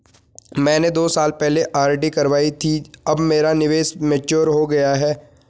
मैंने दो साल पहले आर.डी करवाई थी अब मेरा निवेश मैच्योर हो गया है